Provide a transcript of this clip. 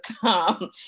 come